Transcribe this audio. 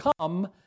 come